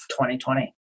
2020